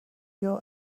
your